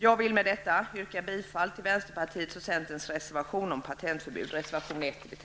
Med det anförda yrkar jag bifall till vänsterpartiets och centerns reservation om patentförbud, reservation 1.